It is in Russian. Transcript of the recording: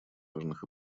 важных